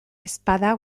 ezpada